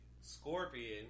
Scorpion